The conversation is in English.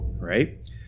Right